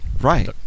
Right